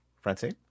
Francie